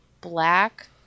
black